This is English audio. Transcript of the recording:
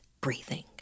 breathing